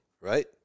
right